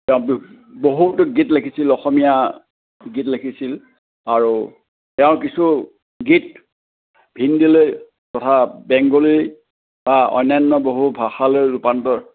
বহুতো গীত লিখিছিল অসমীয়া গীত লিখিছিল আৰু তেওঁৰ কিছু গীত হিন্দীলৈ তথা বেংগলী বা অন্যান্য বহু ভাষালৈ ৰূপান্তৰ